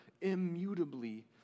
immutably